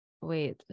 Wait